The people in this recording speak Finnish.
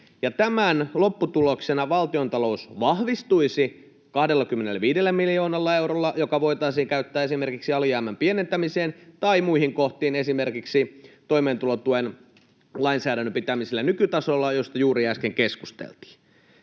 Tämän lopputuloksena valtiontalous vahvistuisi 25 miljoonalla eurolla, joka voitaisiin käyttää esimerkiksi alijäämän pienentämiseen tai muihin kohtiin, esimerkiksi toimeentulotuen lainsäädännön pitämisellä nykytasollaan, josta juuri äsken keskusteltiin.